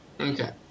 Okay